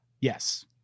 Yes